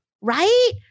Right